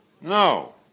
No